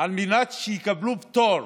על מנת שהממשלה תקבל פטור